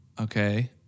Okay